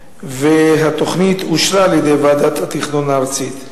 והיא אושרה על-ידי ועדת התכנון הארצית.